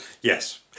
Yes